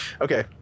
okay